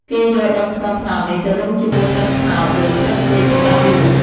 គេយកដុំស្ករត្នោតនេះទៅរុំជាមួយស្លឹកត្នោត ឬ ស្លឹកចេកសម្រាប់លក់។